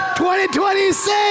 2026